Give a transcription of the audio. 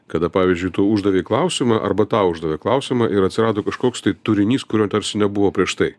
kada pavyzdžiui tu uždavei klausimą arba tau uždavė klausimą ir atsirado kažkoks tai turinys kurio tarsi nebuvo prieš tai